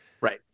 Right